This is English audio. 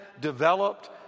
developed